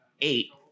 eight